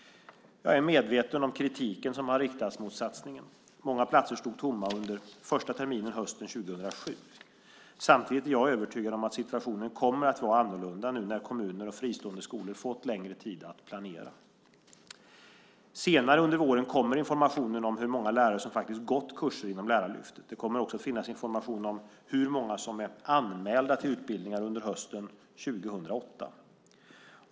Jag är medveten om kritiken som har riktats mot satsningen. Många platser stod tomma under första terminen, hösten 2007. Samtidigt är jag övertygad om att situationen kommer att vara helt annorlunda nu när kommuner och fristående skolor fått längre tid att planera. Senare under våren kommer information om hur många lärare som faktiskt gått kurser inom Lärarlyftet. Det kommer också att finnas information om hur många som är anmälda till utbildningar under hösten 2008.